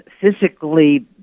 physically